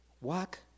walk